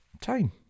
time